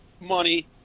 money